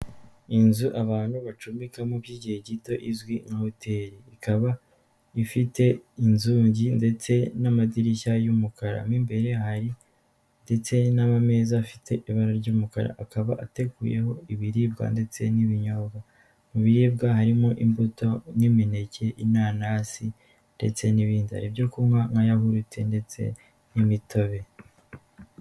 Inzu abantu bacumbikamo by'igihe gito izwi nka hoteri. Ikaba ifite inzugi ndetse n'amadirishya y'umukara. Mo imbere hari ndetse n'amameza afite ibara ry'umukara. Akaba ateguyeho ibiribwa ndetse n'ibinyobwa. Mu biribwa harimo imbuto, n'imineke, inanasi ndetse n'ibindi. Hari ibyo kunywa nka yahurute ndetse n'imitobe.